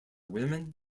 women